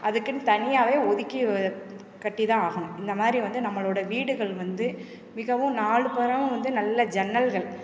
அதுக்குன்னு தனியாகவே ஒதுக்கி கட்டி தான் ஆகணும் இந்த மாதிரி வந்து நம்மளோட வீடுகள் வந்து மிகவும் நாலு புறமும் வந்து நல்ல ஜன்னல்கள்